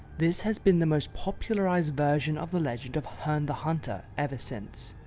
this has been the most popularized version of the legend of herne the hunter, ever since.